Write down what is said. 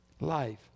Life